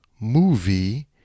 movie